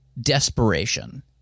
desperation